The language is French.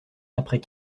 après